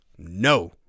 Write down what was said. No